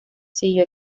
siguió